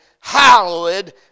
hallowed